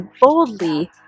boldly